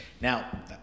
Now